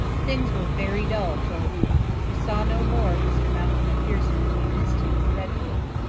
things were very dull for a week. we saw no more of mr. malcolm macpherson and we missed him dreadfully.